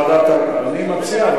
אני מציע,